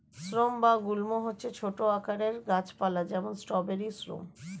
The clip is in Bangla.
স্রাব বা গুল্ম হচ্ছে ছোট আকারের গাছ পালা, যেমন স্ট্রবেরি শ্রাব